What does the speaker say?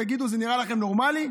תגידו, זה נראה לכם נורמלי?